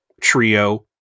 trio